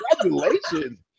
congratulations